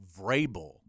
Vrabel